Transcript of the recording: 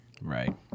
Right